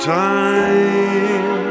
time